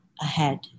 ahead